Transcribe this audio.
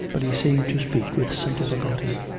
but he seemed to speak with some difficulty.